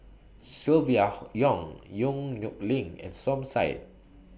Silvia Yong Yong Nyuk Lin and Som Said